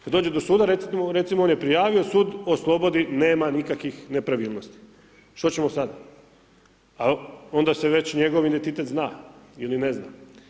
Kad dođe do suda recimo on je prijavio, sud oslobodi nema nikakvih nepravilnosti, što ćemo sad, a onda se njegov identitet zna ili ne zna.